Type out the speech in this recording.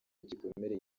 gikomereye